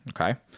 Okay